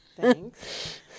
Thanks